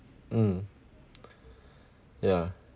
mm yeah